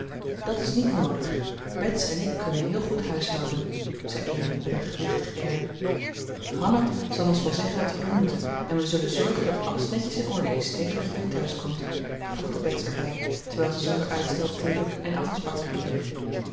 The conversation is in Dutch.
dat is niet noodig bets en ik kunnen heel goed huishouden zei amy met een gewichtig air hanna zal ons wel zeggen wat we doen moeten en we zullen zorgen dat alles netjes in orde is tegen dat jullie thuis komt voegde bets er bij terwijl ze zonder uitstel theedoek en afwaschbakje kreeg